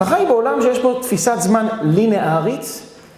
החל בעולם שיש פה תפיסת זמן לינארית.